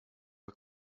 are